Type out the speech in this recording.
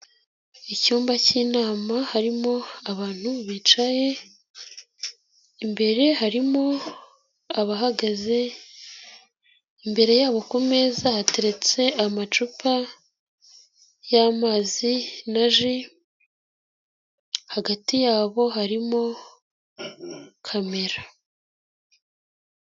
Icyumba cy'inama harimo abantu bicaye, imbere harimo abahagaze, imbere yabo ku meza hateretse amacupa y'amazi na ji, hagati yabo harimo kamera.